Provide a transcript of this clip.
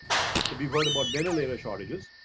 to be worried but ventilator shortages,